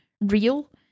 real